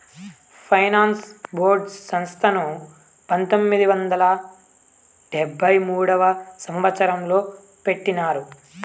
finance board సంస్థను పంతొమ్మిది వందల డెబ్భై మూడవ సంవచ్చరంలో పెట్టినారు